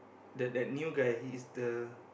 the that new guy he is the